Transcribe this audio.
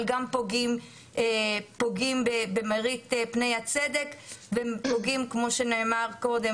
אבל גם פוגעים במראית פני הצדק ופוגעים כמו שנאמר קודם,